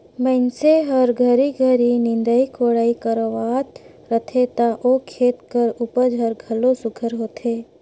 मइनसे हर घरी घरी निंदई कोड़ई करवात रहथे ता ओ खेत कर उपज हर घलो सुग्घर होथे